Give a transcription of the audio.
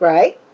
Right